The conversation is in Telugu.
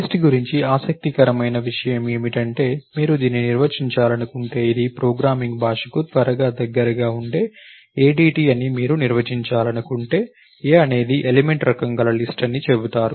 లిస్ట్ గురించి ఆసక్తికరమైన విషయం ఏమిటంటే మీరు దీన్ని నిర్వచించాలనుకుంటే ఇది ప్రోగ్రామింగ్ భాషకు త్వరగా దగ్గరగా ఉండే ADT అని మీరు నిర్వచించాలనుకుంటే a అనేది ఎలిమెంట్ రకం గల లిస్ట్ అని చెబుతారు